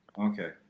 Okay